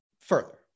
further